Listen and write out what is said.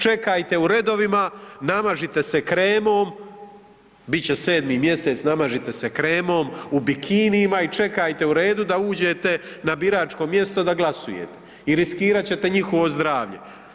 Čekajte u redovima, namažite se kremom, bit će 7. mj., namažite se kremom, u bikinijima i čekajte u redu da uđete na biračko mjesto da glasujete i riskirat ćete njihovo zdravlje.